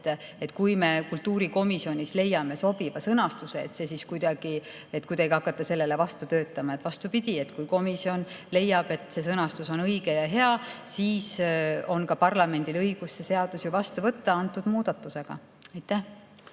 et kui me kultuurikomisjonis leiame sobiva sõnastuse, et [me] siis kuidagi [hakkame] sellele vastu töötama. Vastupidi, kui komisjon leiab, et see sõnastus on õige ja hea, siis on parlamendil õigus see seadus vastu võtta antud muudatusega. Aitäh!